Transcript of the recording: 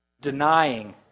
Denying